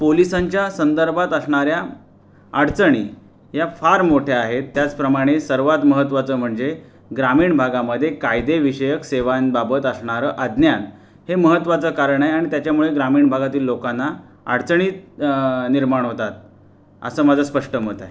पोलिसांच्या संदर्भात असणाऱ्या अडचणी या फार मोठ्या आहेत त्याचप्रमाणे सर्वात महत्त्वाचं म्हणजे ग्रामीण भागामध्ये कायदे विषयक सेवांबाबत असणारं अज्ञान हे महत्त्वाचं कारण आहे आणि त्याच्यामुळे ग्रामीण भागातील लोकांना अडचणीत निर्माण होतात असं माझं स्पष्ट मत आहे